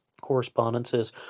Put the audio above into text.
correspondences